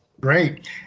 Great